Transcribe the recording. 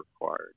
required